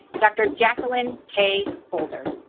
dr. jacqueline k. holder